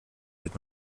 gilt